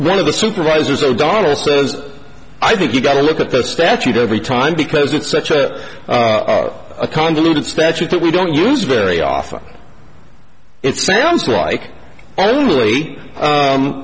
one of the supervisors o'donnell says i think you've got to look at the statute every time because it's such a convoluted statute that we don't use very often it sounds like only